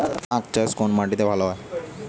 আখ চাষ কোন মাটিতে ভালো হয়?